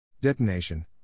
Detonation